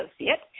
associate